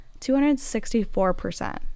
264%